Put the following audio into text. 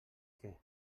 què